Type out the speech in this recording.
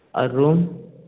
और रोम